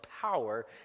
power